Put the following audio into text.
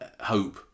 hope